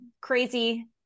crazy